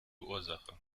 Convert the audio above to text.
ursache